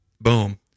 boom